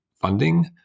funding